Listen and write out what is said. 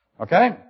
Okay